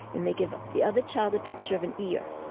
and they give the other child a picture of an ear.